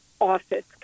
office